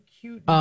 cute